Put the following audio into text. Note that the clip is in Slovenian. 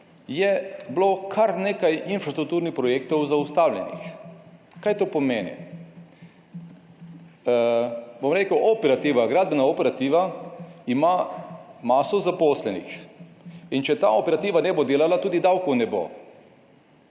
je bilo kar nekaj infrastrukturnih projektov zaustavljenih. Kaj to pomeni? Operativa, gradbena operativa ima maso zaposlenih in če ta operativa ne bo delala, tudi davkov ne bo